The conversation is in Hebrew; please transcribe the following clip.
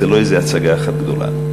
וזה לא איזה הצגה אחת גדולה.